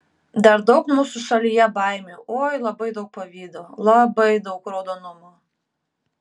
dar daug mūsų šalyje baimių oi labai daug pavydo labai daug raudonumo